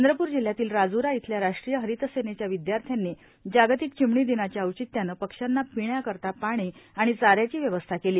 चंद्रपूर जिल्हयातील राजुरा इथल्या राष्ट्रीय हरित सेनेच्या विध्यार्थीनी जागतिक चिमणी दिनाच्या औचित्याने पक्षांना पिण्याकरीता पाणी आणि चाऱ्याची व्यवस्था केली